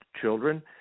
children